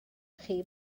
chi